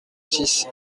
six